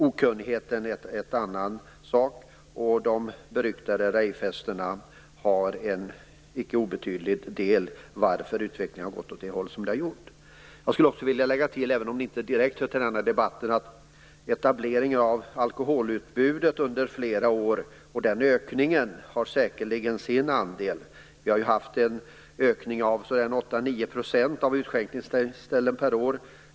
Okunnigheten är en annan sak. De beryktade rejvfesterna har en icke obetydlig del i varför utvecklingen har gått åt det håll som det har gjort. Jag skulle vilja lägga till följande - även om det inte direkt hör till debatten. Etableringen och ökningen av alkoholutbudet under flera år har säkerligen sin andel. Vi har haft 8-9 % ökning av antalet utskänkningsställen per år.